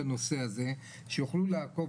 ובכל זאת הצלחנו לממש את התקציב שיש,